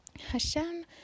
Hashem